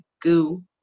goo